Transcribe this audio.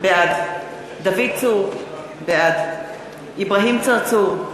בעד דוד צור, בעד אברהים צרצור,